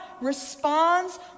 responds